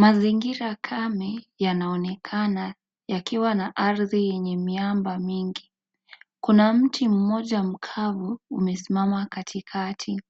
Mazingira kame yanaonekana yakiwa na ardhi yenye miamba mingi. Kuna mti moja mkavu imesimama katikati